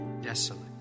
desolate